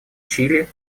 чили